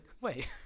Wait